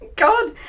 God